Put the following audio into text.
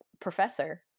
professor